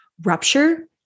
Rupture